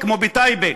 כמו בטייבה,